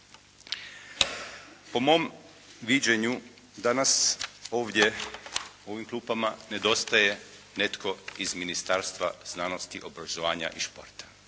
Po mom viđenju, danas ovdje u ovim klupama nedostaje netko iz Ministarstva znanosti, obrazovanja i športa.